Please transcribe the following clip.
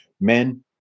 men